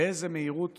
באיזו מהירות